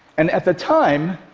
and at the time,